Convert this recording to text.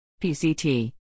PCT